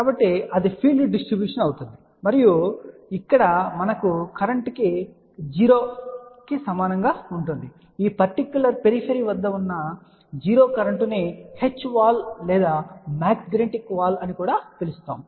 కాబట్టి అది field distribution అవుతుంది మరియు ఇక్కడ మన కరెంట్ 0 కి సమానంగా ఉంటుంది ఈ పర్టిక్యులర్ పెరీఫెరీ వద్ద ఉన్న 0 కరెంట్ను H వాల్ లేదా మ్యాగ్నెటిక్ వాల్ అని కూడా పిలుస్తారు